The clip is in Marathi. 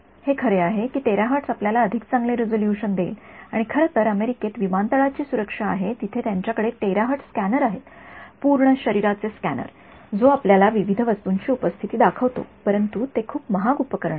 हे खरे आहे की टेरहर्ट्ज आपल्याला अधिक चांगले रिझोल्यूशन देईल आणि खरं तर अमेरिकेत विमानतळाची सुरक्षा आहे जिथे त्यांच्याकडे टेराहर्ट्झ स्कॅनर आहेत पूर्ण शरीराचे स्कॅनर जो आपल्याला विविध वस्तूंची उपस्थिती दाखवतो परंतु ते खूप महाग उपकरण आहेत